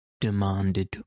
demanded